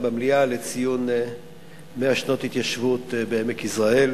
במליאה לציון 100 שנות התיישבות בעמק יזרעאל,